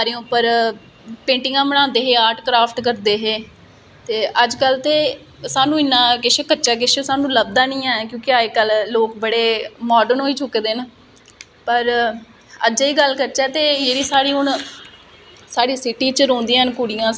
तुस कोई बी जियां कम्पीटिशन होंदा ड्रांइग दा कम्पीटिशन होंदा होग कोई बी कम्पीटिशन होंदा तुस ओहदे च इस्सा लेई अग्गे होवो ओहदे च ताकि लोके गी पता लगै कि तुस इक आर्टस्टि ओ तुस अच्छी अच्छी ड्राइगं तुस करी सकने ओ तुस अच्छा आर्ट करी सकने ओ